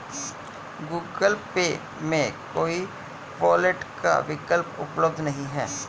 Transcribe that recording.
Google Pay में कोई wallet का विकल्प उपलब्ध नहीं है